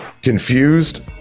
Confused